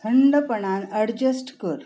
थंडपणान adjust कर